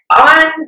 on